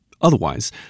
Otherwise